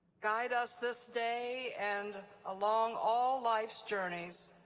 guide us this day and along all life's journeys,